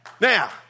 Now